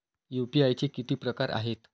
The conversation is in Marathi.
यू.पी.आय चे किती प्रकार आहेत?